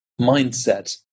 mindset